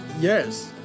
Yes